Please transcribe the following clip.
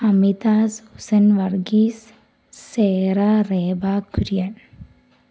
Amitha Susan Varghese Sera Reba Kurian